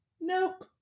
Nope